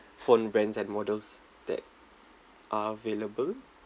phone brands and models that are available